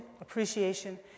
appreciation